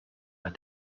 but